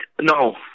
No